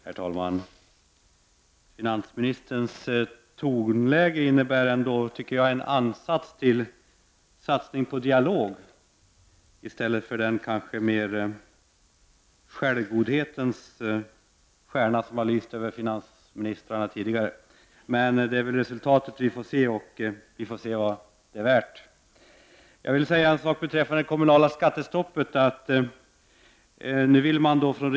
Herr talman! Finansministerns tonläge tycker jag ändå innebär ett försök till satsning på dialog. Tidigare har ju mer av självgodhetens stjärna lyst över finansministrarna. Men vi får vänta och se vad resultaten är värda.